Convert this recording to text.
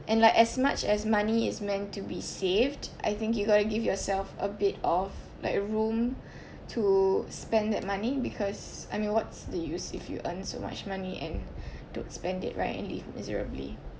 and like as much as money is meant to be saved I think you gotta give yourself a bit of like room to spend that money because I mean what's the use if you earn so much money and don't spend it right and live miserably